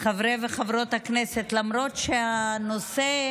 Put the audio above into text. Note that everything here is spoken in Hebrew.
חברי וחברות הכנסת, למרות שהנושא,